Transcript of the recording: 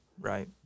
Right